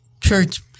church